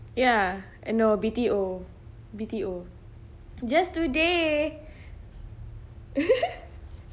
ya and no B_T_O B_T_O just today